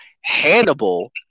Hannibal